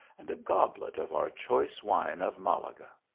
and a gob let of our choice wine of malaga.